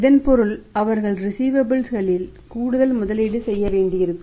இதன் பொருள் அவர்கள் ரிஸீவபல்ஸ் களில் கூடுதல் முதலீடு செய்ய வேண்டியிருக்கும்